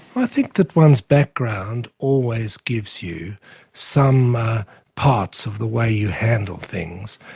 i think that one's background always gives you some parts of the way you handle things.